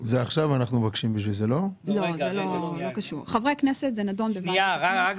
זה נדון בוועדת הכנסת,